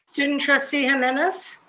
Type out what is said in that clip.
student trustee jimenez. aye.